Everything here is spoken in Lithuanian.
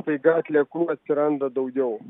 staiga atliekų atsiranda daugiau